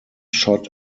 shot